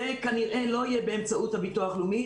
זה כנראה לא יהיה באמצעות הביטוח הלאומי,